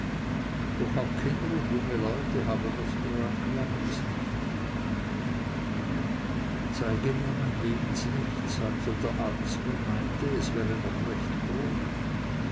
doch auch kinder und junge leute haben oft nur ein kleines lichtchen zeige mir mein lebenslicht sagte der arzt und meinte es wäre noch recht groß